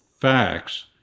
facts